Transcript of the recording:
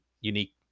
unique